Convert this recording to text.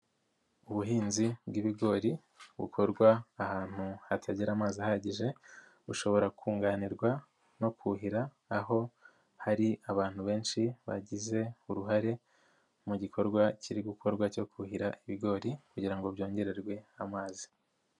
Ubuhinzi bw'ibigori bukorwa ahantu hatagira amazi ahagije bushobora kunganirwa no kuhira, aho hari abantu benshi bagize uruhare mu gikorwa kiri gukorwa cyo kuhira ibigori kugira ngo byongererwe amazi.